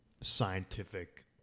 scientific